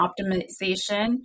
optimization